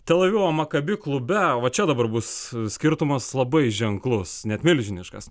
tel avivo maccabi klube va čia dabar bus skirtumas labai ženklus net milžiniškas